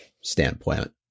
standpoint